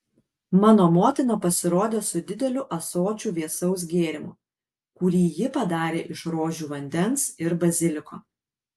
mano motina pasirodė su dideliu ąsočiu vėsaus gėrimo kurį ji padarė iš rožių vandens ir baziliko